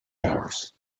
hours